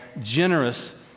generous